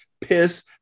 piss